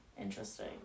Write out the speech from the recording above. Interesting